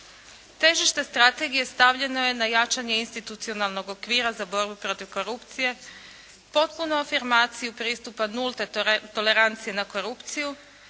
Težište strategije stavljeno je na jačanje institucionalnog okvira za borbu protiv korupcije, potpunu afirmaciju pristupa nulte tolerancije na korupciju,